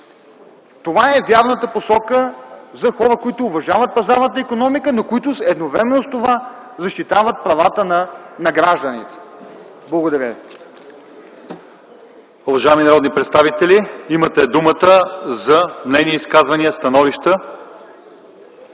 Това е вярната посока за хора, които уважават пазарната икономика, но които едновременно с това защитават правата на гражданите. Благодаря